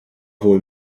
wohl